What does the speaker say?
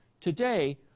Today